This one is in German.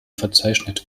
verzeichnet